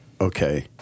okay